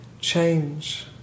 change